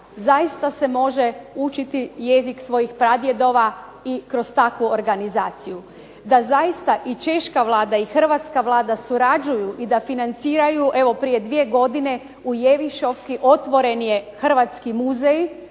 zaista se može učiti jezik svojih pradjedova i kroz takvu organizaciju. Da zaista i češka Vlada i hrvatska Vlada surađuju i da financiraju. Evo, prije 2 godine u Jevišovki otvoren je hrvatski muzej.